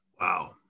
Wow